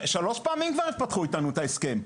שלוש פעמים כבר פתחו אתנו את ההסכם.